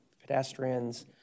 pedestrians